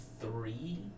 three